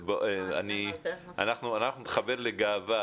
אנחנו נתחבר לגאווה,